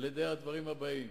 על-ידי הדברים הבאים: